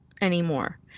Anymore